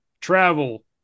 travel